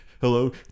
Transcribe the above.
hello